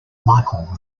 michael